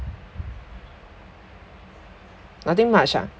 nothing much ah